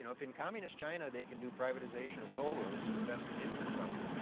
you know if in communist china they can do privatization of toll roads to invest in infrastructure.